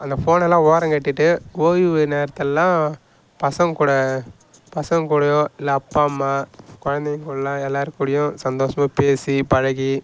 அந்த ஃபோனைலாம் ஓரங்கட்டிவிட்டு ஓய்வு நேரத்திலலாம் பசங்கள் கூட பசங்கள் கூட இல்லை அப்பா அம்மா குழந்தைங்க கூடலாம் எல்லார் கூடயும் சந்தோஷமாக பேசி பழகி